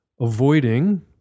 avoiding